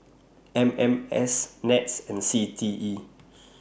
M M S Nets and C T E